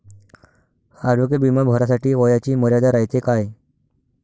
आरोग्य बिमा भरासाठी वयाची मर्यादा रायते काय?